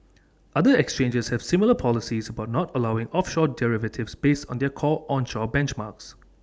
other exchanges have similar policies about not allowing offshore derivatives based on their core onshore benchmarks